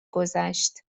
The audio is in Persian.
گذشت